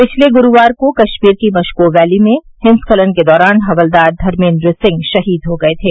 पिछले ग्रूवार को कश्मीर की मशकोह वैली में हिमस्खलन के दौरान हवलदार धर्मेन्द सिंह शहीद हो गये थे